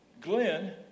Glenn